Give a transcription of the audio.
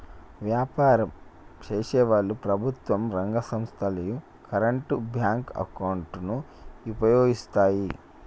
వ్యాపారం చేసేవాళ్ళు, ప్రభుత్వం రంగ సంస్ధలు యీ కరెంట్ బ్యేంకు అకౌంట్ ను వుపయోగిత్తాయి